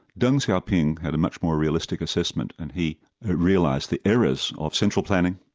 deng xiaoping had a much more realistic assessment and he realised the errors of central planning,